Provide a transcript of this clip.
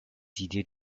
idées